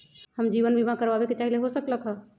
हम जीवन बीमा कारवाबे के चाहईले, हो सकलक ह?